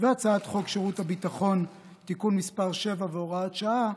ובהצעת חוק שירות ביטחון (תיקון מס' 7 והוראת שעה)